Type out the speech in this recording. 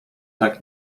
tak